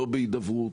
לא בהידברות